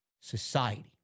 Society